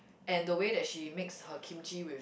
and the way that she makes her kimchi with